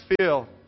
feel